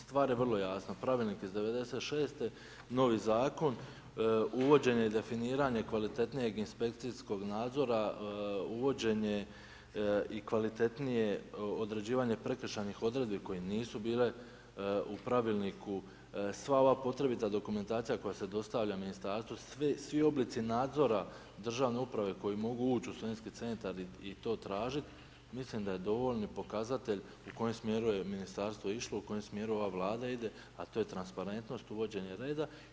Stvar je vrlo jasna, pravilnik je iz '96. novi zakon, uvođenje i definiranje kvalitetnijeg inspekcijskog nadzora, uvođenje i kvalitetnije određivanje prekršajnih odredbi, koje isu bile u pravilniku, sva ova potrebita dokumentacija, koja se dostavlja ministarstvu, svi oblici nadzora državne uprave, koje mogu ući u studentske centar i to tražiti, mislim da je dovoljan pokazatelj u kojem smjeru je ministarstvo išlo, u kojem smjeru ova vlada ide, a to je transparentnost i uvođenje reda.